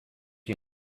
you